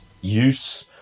use